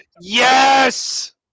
Yes